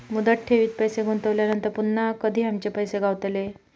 मुदत ठेवीत पैसे गुंतवल्यानंतर पुन्हा कधी आमचे पैसे गावतले?